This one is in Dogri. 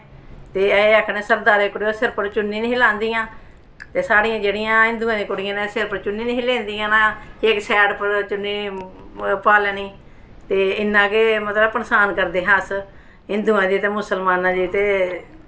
ते असें आखना सरदारें दियां कुड़ियां सिरे पर चुन्नी नेईं हियां लांदियां ते जेह्ड़ियां साढ़ियां हिन्दुएं दियांं कुड़ियां न सिर पर चुन्नी नेईं हियां लैंदियां न इक साइड पर चुन्नी पा लैनी ते इ'यां गै मतलब केह् पंछान करदे हे अस हिन्दुआं दी ते मुसलमानां दी ते